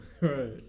Right